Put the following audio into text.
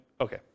Okay